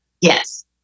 Yes